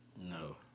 No